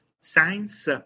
science